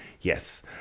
Yes